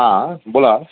हां बोला